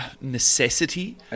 necessity